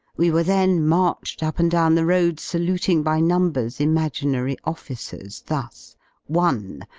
we were then marched up and down the road saluting by numbers imaginary officers, thus one.